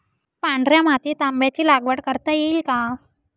पांढऱ्या मातीत आंब्याची लागवड करता येईल का?